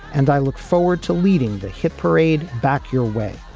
and i look forward to leading the hit parade. back your way.